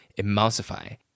emulsify